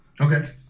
okay